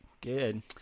good